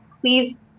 please